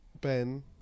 Ben